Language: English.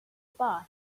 bar